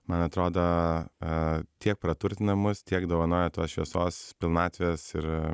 man atrodo tiek praturtina mus tiek dovanoja tos šviesos pilnatvės ir